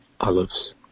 olives